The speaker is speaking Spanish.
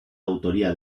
autoría